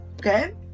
okay